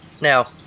Now